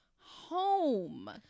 home